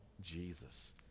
Jesus